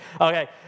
Okay